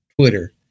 Twitter